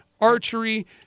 archery